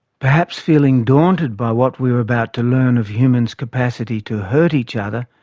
perhaps feeling daunted by what we were about to learn of human's capacity to hurt each other,